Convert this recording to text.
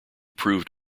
proved